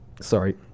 sorry